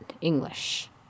English